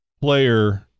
player –